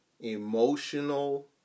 Emotional